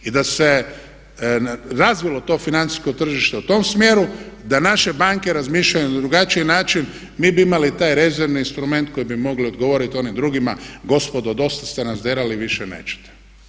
I da se razvilo to financijsko tržište u tom smjeru, da naše banke razmišljaju na drugačiji način mi bi imali taj rezervni instrument koji bi mogli odgovoriti onim drugima gospodo dosta ste nas derali, više nećete.